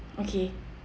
okay